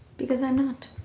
because i'm not.